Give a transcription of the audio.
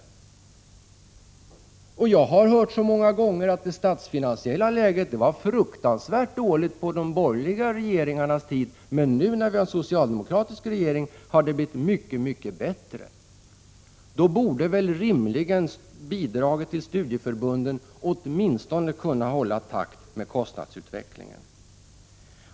Jag har hört så många 20 maj 1987 gånger att det statsfinansiella läget var fruktansvärt dåligt på de borgerliga regeringarnas tid men att det nu, när vi har socialdemokratisk regering, har blivit mycket bättre. Då borde man väl rimligen kunna se till att bidraget till studieförbunden åtminstone håller takt med kostnadsutvecklingen.